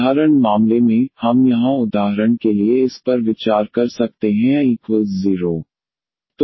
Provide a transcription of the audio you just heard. साधारण मामले में हम यहाँ उदाहरण के लिए इस पर विचार कर सकते हैं a 0